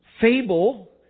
fable